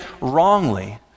wrongly